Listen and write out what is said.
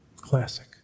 classic